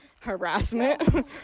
harassment